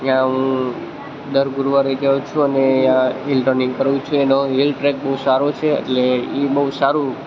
ત્યાં હું દર ગુરુવારે જઉં છું અને ત્યાં હિલ રનિંગ કરું છું એનો હિલ ટ્રેક બહુ સારો છે એટલે એ બહુ સારું